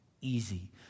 easy